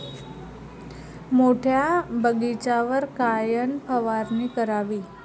मोठ्या बगीचावर कायन फवारनी करावी?